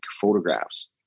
photographs